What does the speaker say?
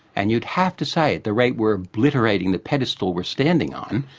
and you'd have to say at the rate we're obliterating the pedestal we're standing on,